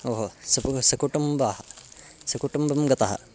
ओ हो सगुवस् सकुटुम्बं सकुटुम्बं गतः